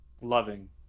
Loving